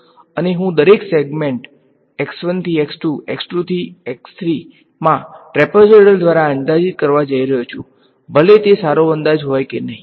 અને હું દરેક સેગમેન્ટ થી થી મા ટ્રેપેઝોઈડલ દ્વારા અંદાજિત કરવા જઈ રહ્યો છું ભલે તે સારો અંદાજ હોય કે નહી